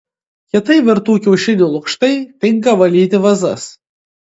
kietai virtų kiaušinių lukštai tinka valyti vazas